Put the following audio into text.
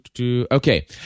okay